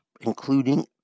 including